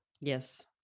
Yes